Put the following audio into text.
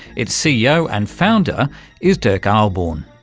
its ceo and founder is dirk ahlborn.